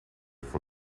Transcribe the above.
for